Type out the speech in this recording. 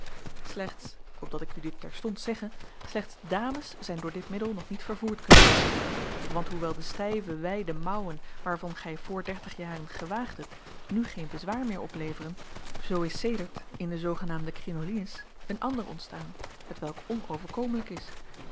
slechts opdat ik u dit terstond zegge slechts dames zijn door dit middel nog niet vervoerd kunnen worden want hoewel de stijve wijde mouwen waarvan gij voor dertig jaren gewaagdet nu geen bezwaar meer opleveren zoo is sedert in de zoogenaamde crinolines een ander ontstaan hetwelk onoverkomelijk is